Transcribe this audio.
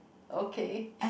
okay